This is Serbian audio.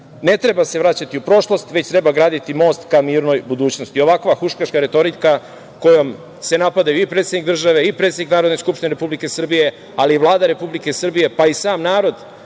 ne treba se vraćati u prošlost, već treba graditi most ka mirnoj budućnosti. Ovakva huškačka retorika kojom se napadaju i predsednik države i predsednik Narodne skupštine Republike Srbije, ali i Vlada Republike Srbije pa i sam narod